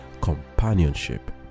companionship